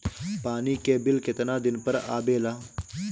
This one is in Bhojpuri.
पानी के बिल केतना दिन पर आबे ला?